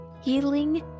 Healing